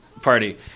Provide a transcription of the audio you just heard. party